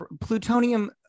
plutonium